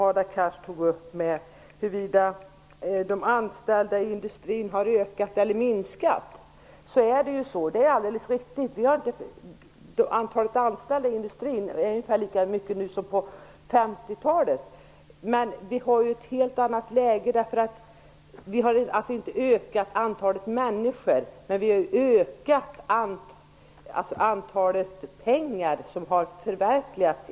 Hadar Cars tog upp frågan om huruvida de anställda i industrin har ökat eller minskat. Det är riktigt att antalet anställda i industrin är ungefär lika stort som på 50-talet, men vi befinner oss i ett helt annat läge. Antalet anställda har inte ökat, men det handlar om mer pengar.